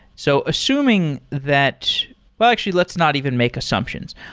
so, assuming that well, actually, let's not even make assumptions.